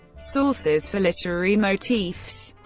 sources for literary motifs